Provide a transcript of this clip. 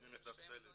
אני מתנצל,